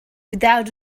without